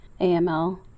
AML